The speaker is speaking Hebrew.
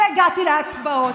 והגעתי להצבעות.